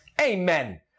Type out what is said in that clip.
Amen